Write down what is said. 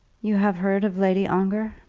you have heard of lady ongar?